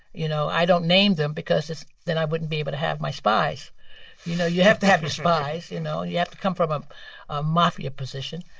you know, i don't name them because then i wouldn't be able to have my spies. you know, you have to have your spies, you know? you have to come from a mafia position.